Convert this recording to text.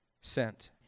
sent